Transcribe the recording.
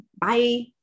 Bye